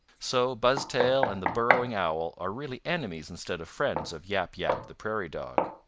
so buzztail and the burrowing owl are really enemies instead of friends of yap yap, the prairie dog.